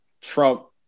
Trump